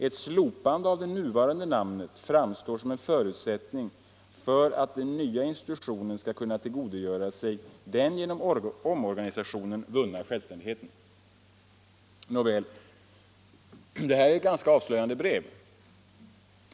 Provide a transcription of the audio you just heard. Ett slopande av det nuvarande namnet framstår som en förutsättning för att den nya institutionen skall kunna tillgodogöra sig den genom omorganisationen vunna självständigheten —--.” Det här är ett ganska avslöjande brev.